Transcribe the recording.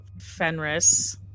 Fenris